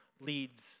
leads